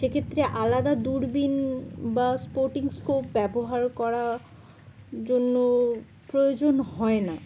সে ক্ষেত্রে আলাদা দূরবীন বা স্পোর্টিং স্কোপ ব্যবহার করার জন্য প্রয়োজন হয় না